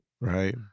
Right